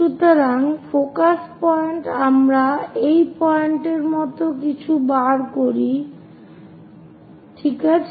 সুতরাং focus point আমরা এই পয়েন্টের মত কিছু বার করি ঠিক আছে